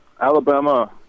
Alabama